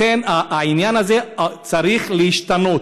העניין הזה צריך להשתנות.